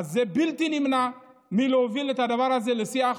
אז בלתי נמנע להוביל את הדבר הזה לשיח,